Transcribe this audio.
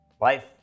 life